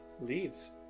leaves